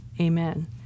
amen